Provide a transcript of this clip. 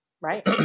Right